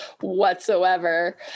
whatsoever